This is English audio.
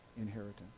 inheritance